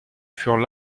furent